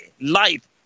Life